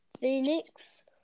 Phoenix